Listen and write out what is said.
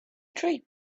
treat